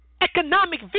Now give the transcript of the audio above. economic